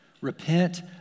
Repent